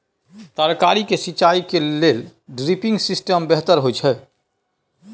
तरकारी के सिंचाई के लेल ड्रिपिंग सिस्टम बेहतर होए छै?